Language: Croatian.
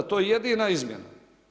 To je jedina izmjena.